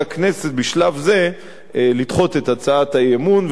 הכנסת בשלב זה לדחות את הצעת האי-אמון,